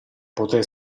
poter